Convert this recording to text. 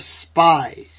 spies